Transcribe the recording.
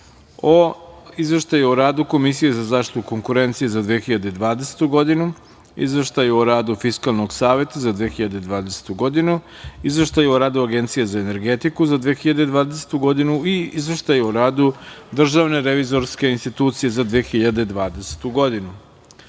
o Izveštaju o radu Komisije za zaštitu konkurencije za 2020. godinu, Izveštaju o radu Fiskalnog saveta za 2020. godinu, Izveštaju o radu Agencije za energetiku za 2020. godinu i Izveštaj o radu DRI za 2020. godinu. Pošto